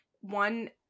one